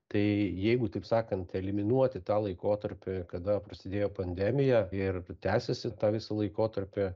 tai jeigu taip sakant eliminuoti tą laikotarpį kada prasidėjo pandemija ir tęsėsi tą visą laikotarpį